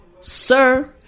Sir